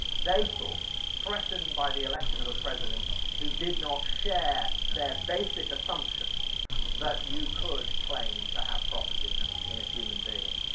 they thought, threatened by the election of a president who did not share their basic assumption that you could claim to have property in a human being.